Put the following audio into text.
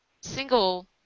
single